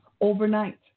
overnight